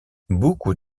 beaucoup